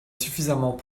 suffisamment